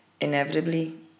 Inevitably